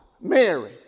Mary